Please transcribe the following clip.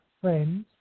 friends